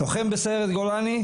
לוחם בסיירת גולני,